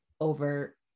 over